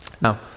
Now